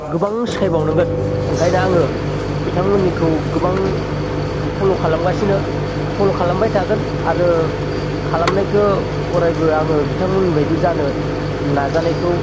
गोबां सिखायबावलांगोन ओंखायनो आङो बिथांमोननिखौ गोबां फल' खालामगासिनो फल' खालामबाय थागोन आरो खालामनायखौ अरायबो आङो बिथांमोन बायदि जानो नाजानायखौ